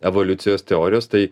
evoliucijos teorijos tai